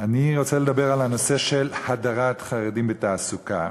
אני רוצה לדבר על הנושא של הדרת חרדים בתעסוקה.